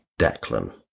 Declan